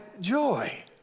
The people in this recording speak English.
joy